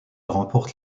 remporte